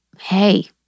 hey